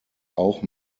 auch